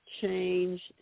change